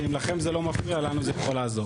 ואם לכם זה לא מפריע, לנו זה יכול לעזור.